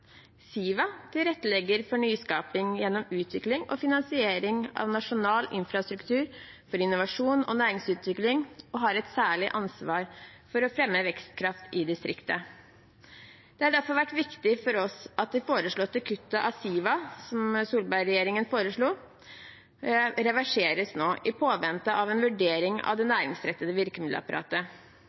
Siva tilrettelegger for nyskaping gjennom utvikling og finansiering av nasjonal infrastruktur for innovasjon og næringsutvikling og har et særlig ansvar for å fremme vekstkraft i distriktet. Det har derfor vært viktig for oss at det foreslåtte kuttet i bevilgningen til Siva, som Solberg-regjeringen foreslo, reverseres nå i påvente av en vurdering av det næringsrettede virkemiddelapparatet.